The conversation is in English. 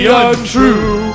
untrue